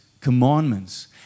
commandments